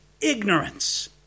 ignorance